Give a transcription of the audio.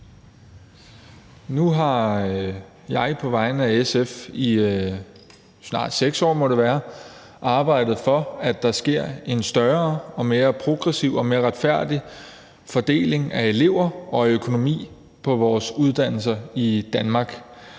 Nu har jeg på vegne af SF i snart 6 år, må det være, arbejdet for, at der skulle ske en større, mere progressiv og mere retfærdig fordeling af elever og økonomi på vores uddannelser i Danmark.